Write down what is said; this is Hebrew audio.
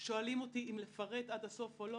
שואלים אותי אם לפרט עד הסוף או לא